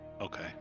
Okay